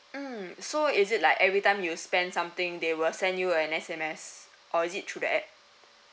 mm so is it like every time you spent something they will send you an S_M_S or is it through the app